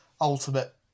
ultimate